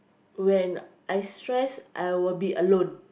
when I stress I will be alone